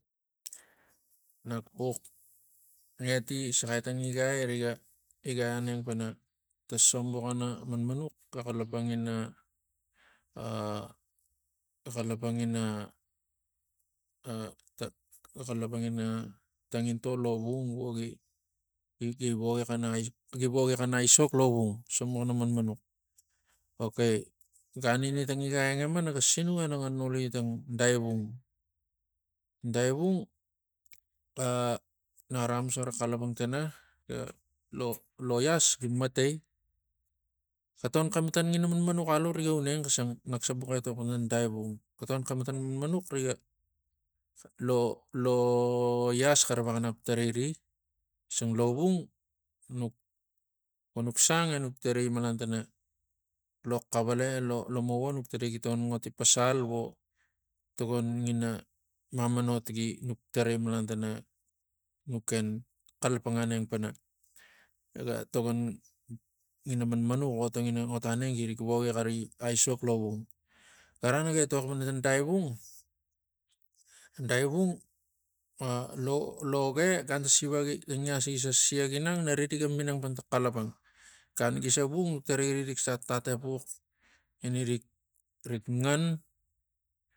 Nak buk ngeti saxai tang igai riga igai aneng pana ta sombuxan manmanux ga xaiapang ina ah ga xaiapang ina ah ta xaiapang ma tangintol lovung vogi gi- gi vogi xana aisok lovung sobuxana kain manmanux? Ok gan ini tang igaiang ga ima ngaga sinuk enaga noli tang daivung. Daivung ah naxara axamus xara xaiapang tana e lo- lo- loias gi matai ga togon xematan ngina manmanux aiu nga uneng xisang nakse bux etok laxos pana tang saivung. Go tokon xematon manmanux nga lo- lo loias xara vexanap tarai ri xisang lovung nuk vonuk sang enuk tarai maiantana kuken xaiapang aneng panaga togon ngina manmanux vo tangina of aneng gi ni voki xari aisok lovung gara naga etok pana tang daivung daivung ah lo- lo loge gan ta siva tang ngias gise siag ginang nari rikse minang pantang xalapang. Gan gi se vung nuk tarai ri rik stat tat epuk ina rik ngan.